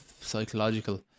psychological